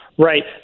Right